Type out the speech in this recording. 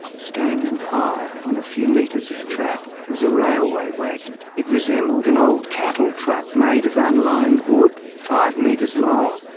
standing high, on a few metres of track, was a railway wagon. it resembled an old cattle truck, made of unlined wood, five metres long,